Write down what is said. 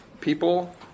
people